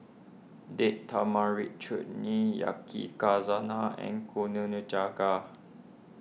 Date Tamarind Chutney and